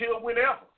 whenever